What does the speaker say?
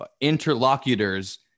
interlocutors